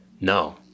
No